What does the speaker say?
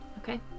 Okay